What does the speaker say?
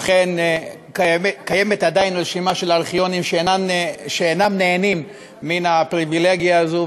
אכן קיימת עדיין רשימה של ארכיונים שאינם נהנים מן הפריבילגיה הזו,